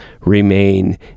remain